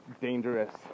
dangerous